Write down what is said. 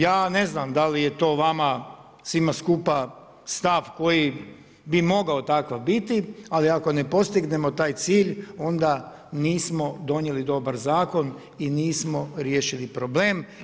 Ja ne znam da li je to vama svima skupa stav koji bi mogao takav biti ali ako ne postignemo takav cilj onda nismo donijeli dobar zakon i nismo riješili problem.